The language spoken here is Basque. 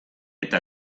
eta